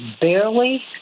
barely